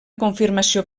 confirmació